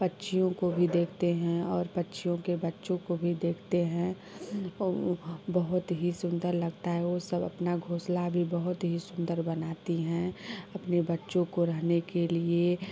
पक्षियों को भी देखते हैं और पक्षियों के बच्चो को भी देखते हैं बहुत ही सुन्दर लगता है उसब अपना घोंसला भी बहुत ही सुन्दर बनाती हैं अपने बच्चों को रहने के लिए